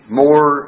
more